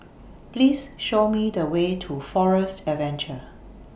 Please Show Me The Way to Forest Adventure